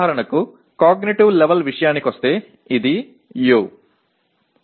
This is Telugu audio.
ఉదాహరణకు కాగ్నిటివ్ లెవెల్ విషయానికొస్తే ఇది U